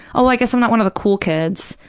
oh, i guess i'm not one of the cool kids,